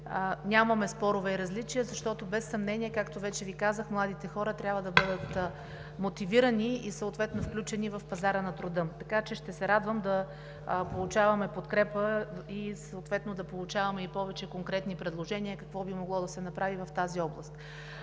нямаме спорове и различия, защото без съмнение, както вече Ви казах, младите хора трябва да бъдат мотивирани и съответно включени в пазара на труда. Така че ще се радвам да получаваме подкрепа и съответно да получаваме и повече конкретни предложения какво би могло да се направи в тази област.